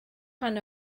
pan